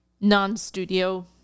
non-studio